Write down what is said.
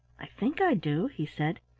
i think i do, he said.